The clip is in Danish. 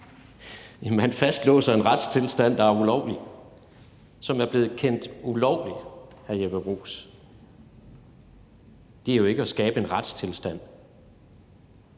Man fastlåser en retstilstand, der er ulovlig, som er blevet kendt ulovlig, hr. Jeppe Bruus. Det er jo ikke at skabe en retstilstand.